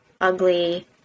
ugly